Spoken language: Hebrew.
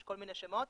יש כל מיני שמות,